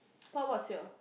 what was your